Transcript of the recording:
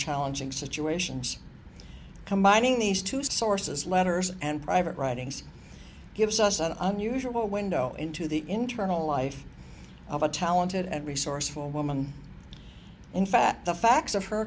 challenging situations combining these two sources letters and private writings gives us an unusual window into the internal life of a talented and resourceful woman in fact the facts of her